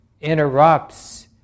interrupts